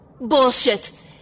Bullshit